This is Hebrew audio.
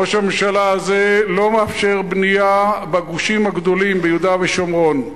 ראש הממשלה הזה לא מאפשר בנייה בגושים הגדולים ביהודה ושומרון,